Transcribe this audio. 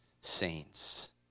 saints